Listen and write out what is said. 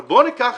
אבל בוא ניקח